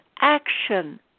action